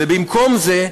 ובמקום זה,